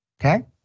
okay